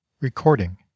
Recording